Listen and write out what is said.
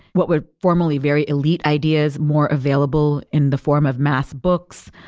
what would formally very elite ideas more available in the form of math books.